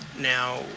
Now